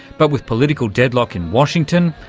but with political deadlock in washington,